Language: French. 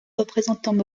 représentants